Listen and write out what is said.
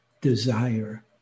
desire